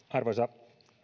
arvoisa